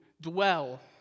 dwell